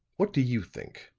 what do you think?